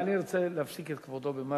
אני רוצה להפסיק את כבודו במשהו.